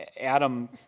adam